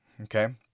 Okay